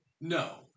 No